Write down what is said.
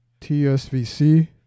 TSVC